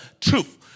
truth